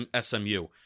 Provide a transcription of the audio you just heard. SMU